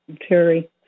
Terry